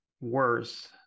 worse